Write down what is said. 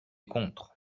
contre